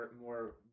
more